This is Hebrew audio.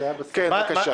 כן, בבקשה.